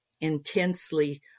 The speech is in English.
intensely